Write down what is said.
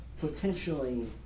potentially